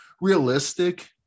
realistic